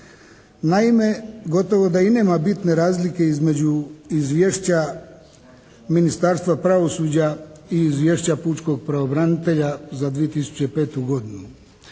Naime, gotovo da i nema bitne razlike između izvješća Ministarstva pravosuđa i izvješća pučkog pravobranitelja za 2005. godinu.